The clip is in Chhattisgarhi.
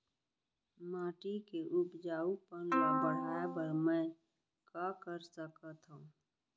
माटी के उपजाऊपन ल बढ़ाय बर मैं का कर सकथव?